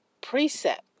precept